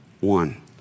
One